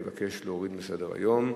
מבקש להוריד מסדר-היום.